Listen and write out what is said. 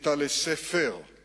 את ה"לסה פר";